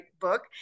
book